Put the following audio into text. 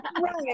Right